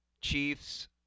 Chiefs